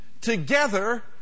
together